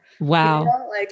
Wow